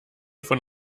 von